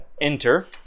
enter